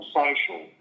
social